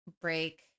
break